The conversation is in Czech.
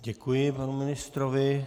Děkuji panu ministrovi.